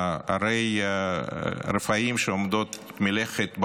ערי רפאים שעומדות מלכת,